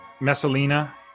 Messalina